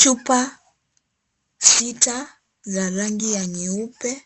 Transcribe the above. Chupa sita za rangi ya nyeupe.